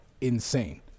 insane